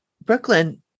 Brooklyn